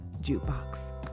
jukebox